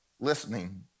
listening